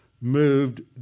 moved